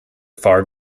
far